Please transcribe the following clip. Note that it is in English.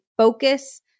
focus